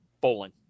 bowling